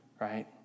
right